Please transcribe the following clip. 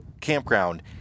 campground